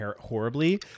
horribly